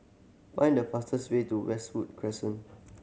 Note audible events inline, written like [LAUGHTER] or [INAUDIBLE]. find the fastest way to Westwood Crescent [NOISE]